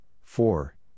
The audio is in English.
four